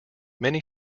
many